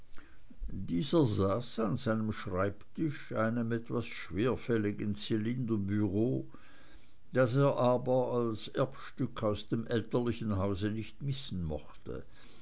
dieser saß an seinem schreibtisch einem etwas schwerfälligen zylinderbüro das er aber als erbstück aus dem elterlichen hause nicht missen mochte